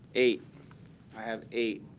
eight i have eight.